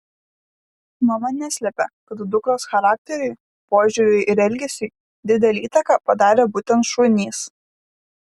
mama neslepia kad dukros charakteriui požiūriui ir elgesiui didelę įtaką padarė būtent šunys